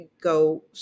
go